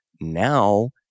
now